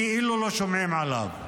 כאילו לא שומעים עליו.